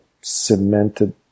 cemented